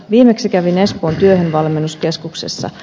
viimeksi kävin espoon työhönvalmennuskeskuksessa